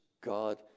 God